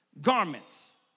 garments